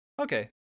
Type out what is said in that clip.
Okay